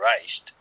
raced